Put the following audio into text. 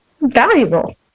valuable